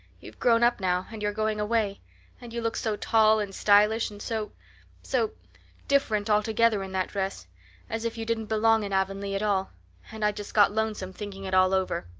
you've grown up now and you're going away and you look so tall and stylish and so so different altogether in that dress as if you didn't belong in avonlea at all and i just got lonesome thinking it all over.